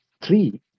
three